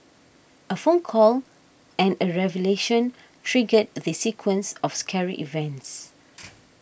a phone call and a revelation triggered the sequence of scary events